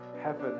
heaven